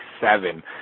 seven